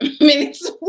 minutes